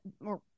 more